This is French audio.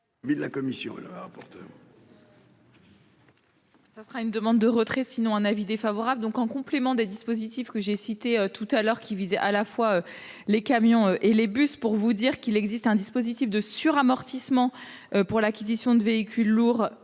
se verra contrainte d'émettre un avis défavorable. En complément des dispositifs que j'ai cités tout à l'heure, qui visaient à la fois les camions et les bus, il existe un dispositif de suramortissement pour l'acquisition de véhicules lourds,